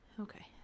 Okay